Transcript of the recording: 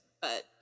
but-